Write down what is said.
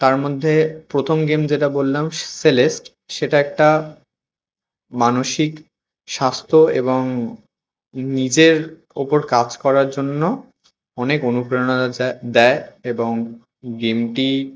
তার মধ্যে প্রথম গেম যেটা বললাম সেলেস্ট সেটা একটা মানসিক স্বাস্থ্য এবং নিজের ওপর কাজ করার জন্য অনেক অনুপ্রেরণা যা দেয় এবং গেমটি